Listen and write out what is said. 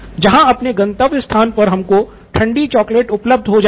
जहां अपने गंतव्य स्थान पर हमको ठंडी चॉकलेट उपलब्ध हो जाएगी